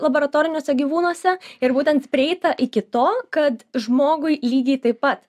laboratoriniuose gyvūnuose ir būtent prieita iki to kad žmogui lygiai taip pat